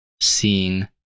seeing